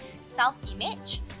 self-image